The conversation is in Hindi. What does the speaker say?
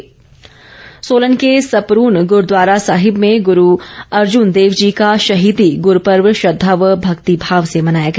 गुरूद्वारा सोलन के सपरून गुरूद्वारा साहिब में गुरू अर्जुन देव जी का शहीदी गुरूपर्व श्रद्वा व भक्तिभाव से मनाया गया